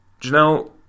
Janelle